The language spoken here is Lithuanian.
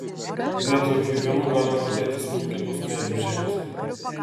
vietoj pjuvenų galima dėti smulkintos medžių žievės